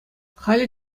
халӗ